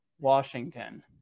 Washington